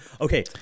Okay